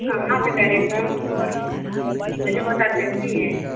कहाँ से करें सर मुझे बहुत अर्जेंसी है